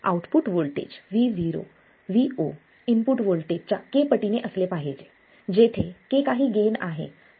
output voltage Vo input व्होल्टेजच्या k च्या पटीने असले पाहिजे जेथे k काही गेन आहे